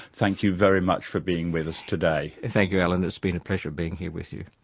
thank you very much for being with us today. thank you alan, it's been a pleasure being here with you.